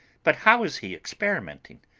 but how is he experimenting?